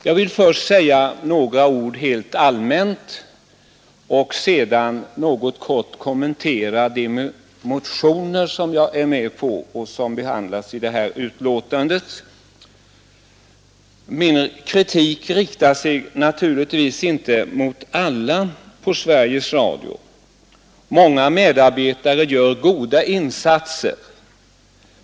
Jag vill först säga några ord helt allmänt och kommentera de motioner som jag är med på och som behandlas i detta betänkande. Min kritik riktar sig naturligtvis inte mot alla på Sveriges Radio. Många medarbetare gör goda insatser.